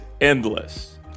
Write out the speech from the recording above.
endless